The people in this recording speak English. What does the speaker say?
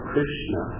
Krishna